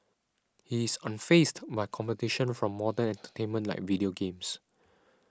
he is unfazed by competition from modern entertainment like video games